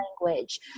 language